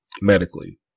medically